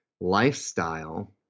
lifestyle